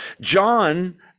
John